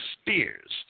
spears